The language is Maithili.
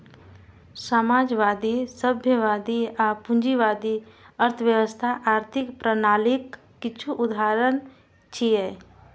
समाजवादी, साम्यवादी आ पूंजीवादी अर्थव्यवस्था आर्थिक प्रणालीक किछु उदाहरण छियै